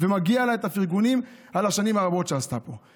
ומגיעים לה הפרגונים על השנים הרבות שהיא עשתה פה.